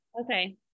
okay